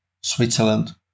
Switzerland